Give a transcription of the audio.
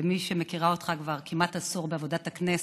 למי שמכירה אותך כבר כמעט עשור בעבודת הכנסת,